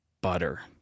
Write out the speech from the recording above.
butter